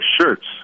shirts